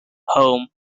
home